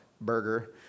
burger